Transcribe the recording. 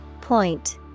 Point